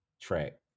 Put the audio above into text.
track